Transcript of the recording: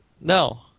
No